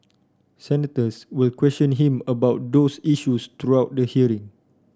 senators will question him about those issues throughout the hearing